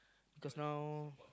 just now